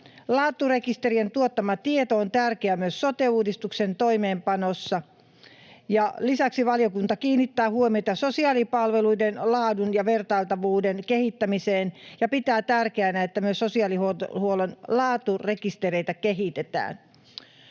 Laaturekisterien tuottama tieto on tärkeää myös sote-uudistuksen toimeenpanossa. Lisäksi valiokunta kiinnittää huomiota sosiaalipalveluiden laadun ja vertailtavuuden kehittämiseen ja pitää tärkeänä, että myös sosiaalihuollon laaturekistereitä kehitetään.